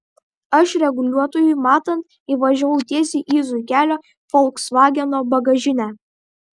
aš reguliuotojui matant įvažiavau tiesiai į zuikelio folksvageno bagažinę